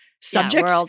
subject